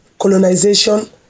colonization